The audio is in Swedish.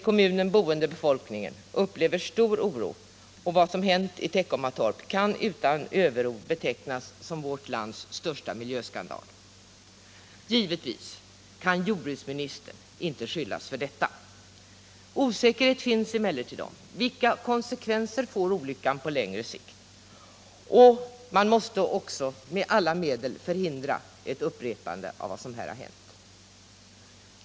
Kommunens befolkning upplever stor oro, och vad som hänt i Teckomatorp kan utan överord betecknas som vårt lands största miljöskandal. Givetvis kan inte jordbruksministern skyllas för detta. Osäkerhet finns emellertid om vilka konsekvenser olyckan får på längre sikt. Man måste med alla medel förhindra ett upprepande av vad som här har hänt.